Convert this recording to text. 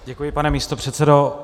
Děkuji, pane místopředsedo.